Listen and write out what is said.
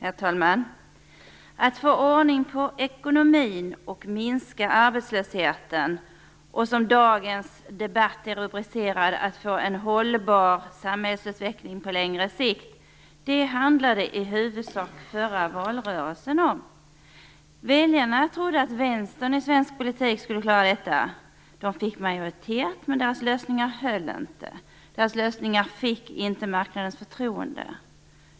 Herr talman! Förra valrörelsen handlade i huvudsak om att få ordning på ekonomin, att minska arbetslösheten och, som dagens debatt är rubricerad, att få en hållbar samhällsutveckling på längre sikt. Väljarna trodde att vänstern i svensk politik skulle klara detta. De fick majoritet, men deras lösningar höll inte. Deras lösningar fick inte marknadens förtroende.